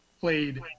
played